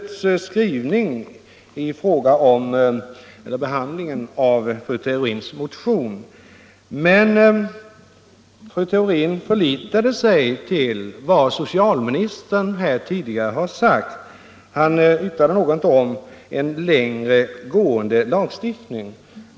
Fru Theorin förlitade sig på vad socialministern tidigare sade i fråga om barnomsorgernas utbyggnad. Han yttrade något om en längre gående lagstiftning.